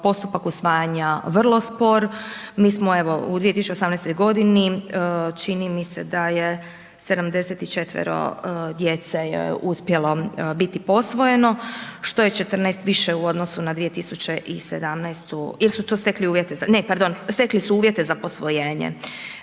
postupak usvajanja vrlo spor, mi smo evo u 2018. godini, čini mi se da je 74 djece je uspjelo biti posvojeno, što je 14 više u odnosu na 2017. ili su to stekli uvjete za, ne